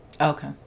Okay